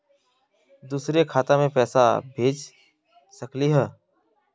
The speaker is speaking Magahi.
दुसरे खाता मैं पैसा भेज सकलीवह?